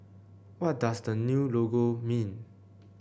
what does the new logo mean